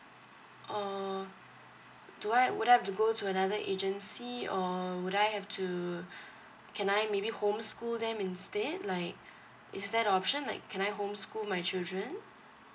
uh do I would I have to go to another agency or would I have to can I maybe homeschool them instead like is that option like can I homeschool my children